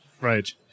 Right